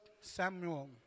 Samuel